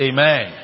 Amen